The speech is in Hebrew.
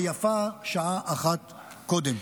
ויפה שעה אחת קודם.